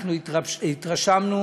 התרשמנו